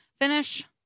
finish